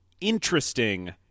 interesting